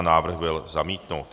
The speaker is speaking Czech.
Návrh byl zamítnut.